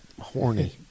horny